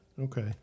Okay